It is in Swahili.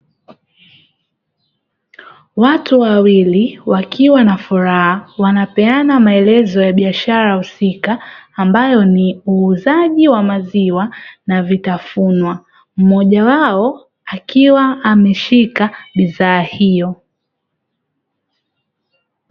Watu wawili, wakiwa na furaha wanapeana maelezo ya biashara husika ambayo ni uuzaji wa maziwa na vitafunwa, mmoja wao akiwa ameshika bidhaa hiyo,